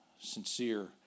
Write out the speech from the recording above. sincere